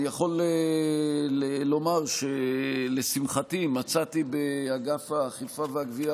אני יכול לומר שלשמחתי באגף האכיפה והגבייה